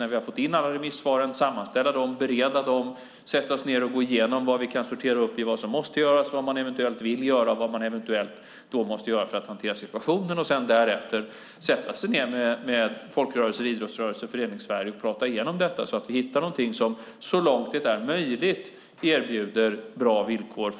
När vi har fått in alla remissvar får vi självfallet sammanställa och bereda dessa och sedan sätta oss ned och gå igenom vad vi kan sortera i vad som måste göras, vad man eventuellt vill göra och vad man då eventuellt måste göra för att hantera situationen för att därefter sätta sig ned med folk och idrottsrörelser och med Föreningssverige för att prata igenom detta och hitta något som så långt det är möjligt erbjuder bra villkor